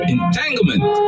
Entanglement